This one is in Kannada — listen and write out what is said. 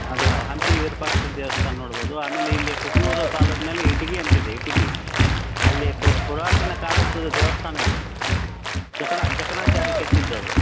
ಅದು ಹಂಪಿ ವಿರೂಪಾಕ್ಷ ದೇವಸ್ಥಾನ ನೋಡ್ಬೋದು ಆಮೇಲೆ ಇಲ್ಲಿ ಕುಕನೂರು ತಾಲೂಕಿನಲ್ಲಿ ಇಟಗಿ ಅಂತಿದೆ ಇಟಗಿ ಅಲ್ಲಿ ಪುರಾತನ ಕಾಲದ್ದು ದೇವಸ್ಥಾನ ಇದೆ ಜಕಣ ಜಕಣಾಚಾರಿ ಕೆತ್ತಿದ್ದದು